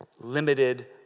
limited